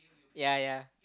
ya ya